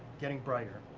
getting brighter.